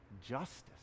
justice